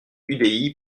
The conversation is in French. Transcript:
udi